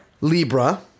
Libra